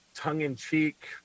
tongue-in-cheek